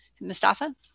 mustafa